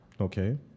Okay